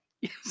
yes